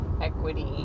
equity